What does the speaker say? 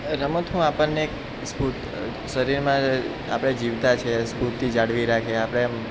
રમતમાં આપણને એક શરીરમાં આપણે જીવતા છીએ સ્ફૂર્તિ જાળવી રાખીએ આપણે એમ